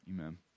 Amen